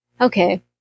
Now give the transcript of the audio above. Okay